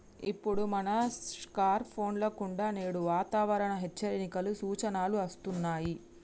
ఇప్పుడు మన స్కార్ట్ ఫోన్ల కుండా నేడు వాతావరణ హెచ్చరికలు, సూచనలు అస్తున్నాయి